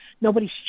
nobody's